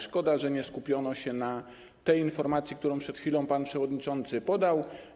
Szkoda, że nie skupiono się na tej informacji, którą przed chwilą pan przewodniczący przedstawił.